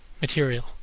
material